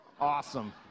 Awesome